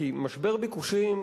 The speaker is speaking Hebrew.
כי משבר ביקושים,